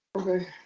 Okay